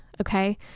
okay